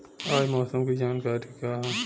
आज मौसम के जानकारी का ह?